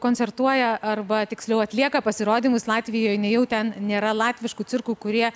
koncertuoja arba tiksliau atlieka pasirodymus latvijoj nejau ten nėra latviškų cirkų kurie